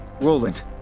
Roland